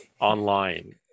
online